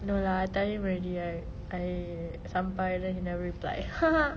no lah I tell him already I I sampai then he never reply